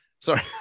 Sorry